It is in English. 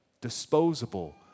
disposable